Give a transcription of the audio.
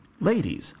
ladies